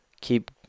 keep